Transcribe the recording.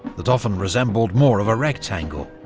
that often resembled more of a rectangle.